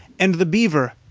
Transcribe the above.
and the beaver,